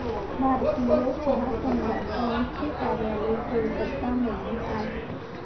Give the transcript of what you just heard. भारतीय चहा संघाचे मुख्य कार्यालय कोलकत्ता मध्ये आहे